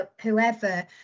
whoever